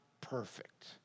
perfect